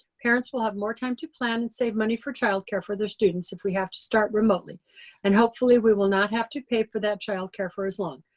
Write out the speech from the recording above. parents will have more time to plan and save money for childcare for their students if we have to start remotely and hopefully we will not have to pay for that childcare for as long.